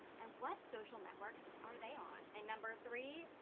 and what social networks are they on? and number three,